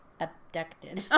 abducted